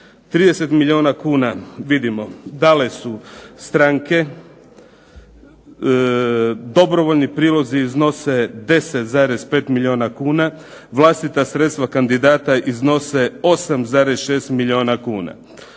30 milijuna kuna vidimo dale su stranke, dobrovoljni prilozi iznose 10,5 milijuna kuna, vlastita sredstva kandidata iznose 8,6 milijuna kuna.